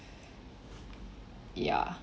ya